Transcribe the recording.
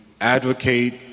advocate